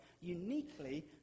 uniquely